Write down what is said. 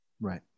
right